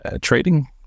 trading